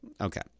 Okay